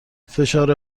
فشار